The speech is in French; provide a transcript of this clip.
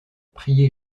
prier